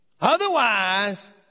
Otherwise